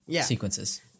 sequences